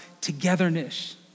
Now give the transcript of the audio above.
togetherness